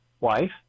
wife